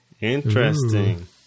Interesting